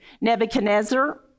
Nebuchadnezzar